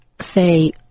say